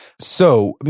so, i mean,